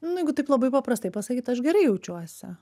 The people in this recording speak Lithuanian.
nu jeigu taip labai paprastai pasakyt aš gerai jaučiuosi